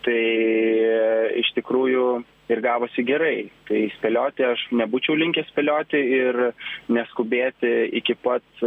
tai iš tikrųjų ir gavosi gerai tai spėlioti aš nebūčiau linkęs spėlioti ir neskubėti iki pat